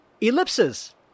Ellipses